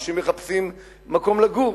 אנשים מחפשים מקום לגור,